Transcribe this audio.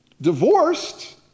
Divorced